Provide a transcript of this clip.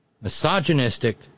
misogynistic